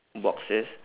boxes